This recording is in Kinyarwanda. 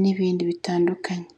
n'ibindi bitandukanye.